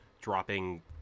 dropping